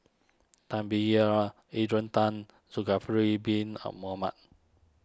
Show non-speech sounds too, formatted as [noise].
Tan Biyun Adrian Tan Zulkifli Bin [unintelligible] Mohamed